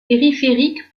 périphériques